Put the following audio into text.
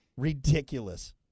Ridiculous